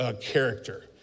character